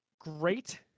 great